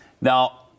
Now